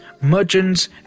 merchants